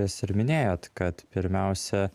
jūs ir minėjot kad pirmiausia